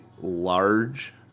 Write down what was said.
large